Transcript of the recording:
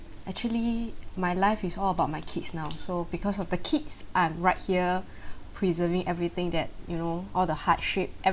actually my life is all about my kids now so because of the kids are right here preserving everything that you know all the hardship